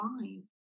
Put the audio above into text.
fine